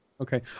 Okay